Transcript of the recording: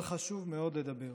אבל חשוב מאוד לדבר.